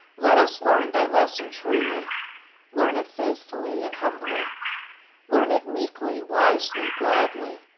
let us learn thy lesson truly learn it faithfully and humbly learn it meekly, wisely, gladly,